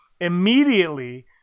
Immediately